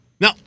No